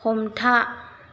हमथा